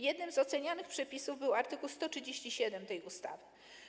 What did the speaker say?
Jednym z ocenianych przepisów był art. 137 tej ustawy.